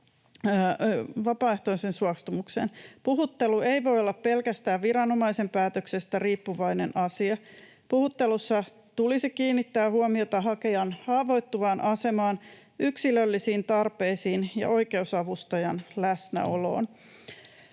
Puhuttelu ei voi olla pelkästään viranomaisen päätöksestä riippuvainen asia. Puhuttelussa tulisi kiinnittää huomiota hakijan haavoittuvaan asemaan, yksilöllisiin tarpeisiin ja oikeusavustajan läsnäoloon.